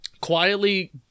Quietly